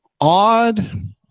odd